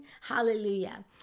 Hallelujah